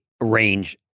range